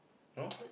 no